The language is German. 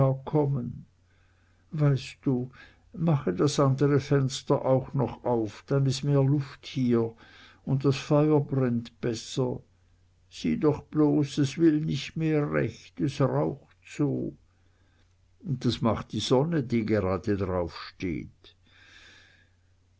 kommen weißt du mache das andere fenster auch noch auf dann is mehr luft hier und das feuer brennt besser sieh doch bloß es will nicht mehr recht es raucht so das macht die sonne die grade